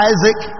Isaac